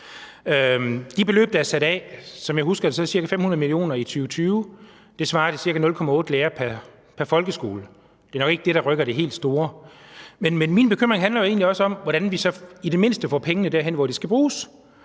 De beløb, der er sat af, er, som jeg husker det, ca. 500 mio. kr. i 2020, hvilket svarer til cirka 0,8 lærer pr. folkeskole. Det er nok ikke det, der rykker det helt store, men min bekymring handler jo egentlig også om, hvordan vi så i det mindste får pengene derhen, hvor de skal bruges.